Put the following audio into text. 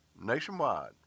nationwide